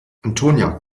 antonia